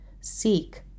Seek